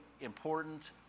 important